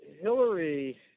Hillary